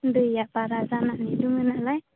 दैया बारा जानानै दङ नालाय